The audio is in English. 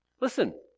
Listen